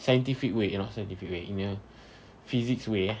scientific way you know scientific way in a physics way eh